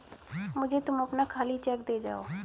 मुझे तुम अपना खाली चेक दे जाओ